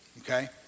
okay